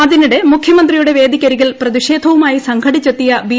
അതിനിടെ മുഖ്യമന്ത്രിയുടെ വേദിയ്ക്കരികിൽ പ്രതിഷേധവുമായി സംഘടിച്ചെത്തിയ ബി